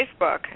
Facebook